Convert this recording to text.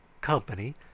company